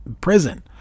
prison